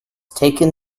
taken